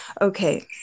Okay